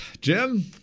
Jim